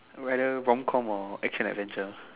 I'm at there romcom or X in adventure